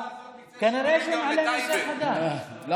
הוא כנראה מכין מקצה שיפורים גם לטייבה.